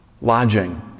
lodging